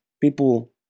people